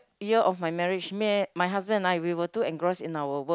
year of my marriage me and my husband and I we were too engrossed in our work